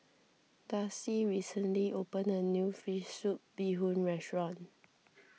Darcie recently opened a new Fish Soup Bee Hoon restaurant